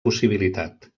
possibilitat